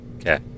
okay